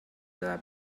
toda